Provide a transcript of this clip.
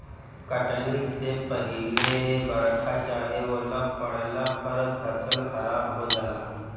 कटनी से पहिले बरखा चाहे ओला पड़ला पर फसल खराब हो जाला